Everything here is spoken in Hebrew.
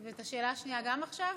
את השאלה השנייה גם עכשיו?